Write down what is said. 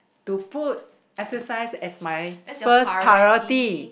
to put exercise as my first priority